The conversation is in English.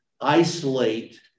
isolate